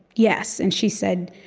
yes. and she said,